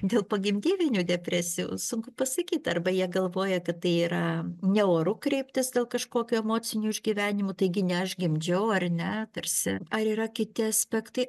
dėl pogimdyvinių depresijų sunku pasakyt arba jie galvoja kad tai yra ne oru kreiptis dėl kažkokių emocinių išgyvenimų taigi ne aš gimdžiau ar ne tarsi ar yra kiti aspektai